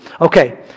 Okay